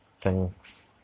thanks